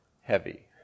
heavy